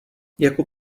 jako